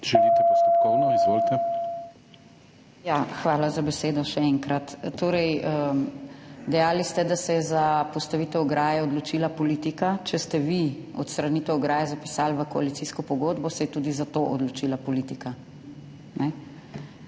Želite postopkovno? Izvolite. ALENKA JERAJ (PS SDS): Ja, hvala za besedo, še enkrat. Torej, dejali ste, da se je za postavitev ograje odločila politika. Če ste vi odstranitev ograje zapisali v koalicijsko pogodbo, se je tudi za to odločila politika,